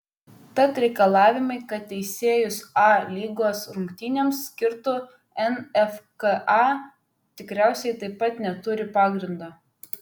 tad reikalavimai kad teisėjus a lygos rungtynėms skirtų nfka tikriausiai taip pat neturi pagrindo